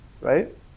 right